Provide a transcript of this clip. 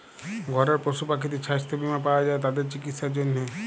ঘরের পশু পাখিদের ছাস্থ বীমা পাওয়া যায় তাদের চিকিসার জনহে